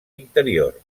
interior